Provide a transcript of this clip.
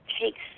takes